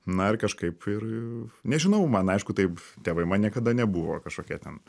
na ir kažkaip ir nežinau man aišku taip tėvai man niekada nebuvo kažkokia ten